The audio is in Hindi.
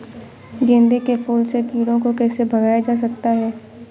गेंदे के फूल से कीड़ों को कैसे भगाया जा सकता है?